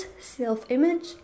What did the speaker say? self-image